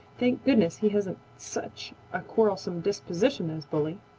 thank goodness he hasn't such a quarrelsome disposition as bully.